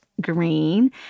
green